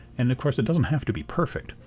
and, of course, it doesn't have to be perfect.